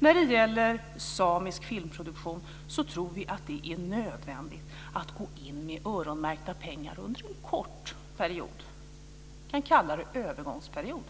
När det gäller samisk filmproduktion tror vi att det är nödvändigt att gå in med öronmärkta pengar under en kort period. Vi kan kalla det övergångsperiod.